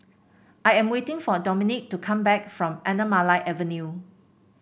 I am waiting for Domenick to come back from Anamalai Avenue